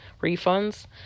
refunds